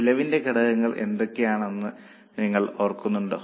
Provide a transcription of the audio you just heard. ചെലവിന്റെ ഘടകങ്ങൾ എന്തൊക്കെയാണെന്ന് നിങ്ങൾ ഓർക്കുന്നുണ്ടോ